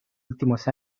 últimos